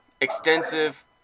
extensive